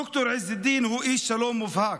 ד"ר עז א-דין הוא איש שלום מובהק.